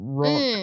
rock